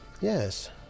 Yes